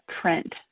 print